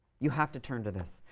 you have to turn to this.